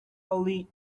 early